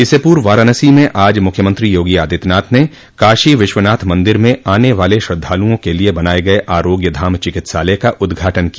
इससे पूर्व वाराणसी में आज मुख्यमंत्री यागी आदित्यनाथ ने काशी विश्वनाथ मंदिर में आने वाले श्रद्धालुओं के लिये बनाये गये आरोग्यधाम चिकित्सालय का उद्घाटन किया